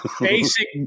basic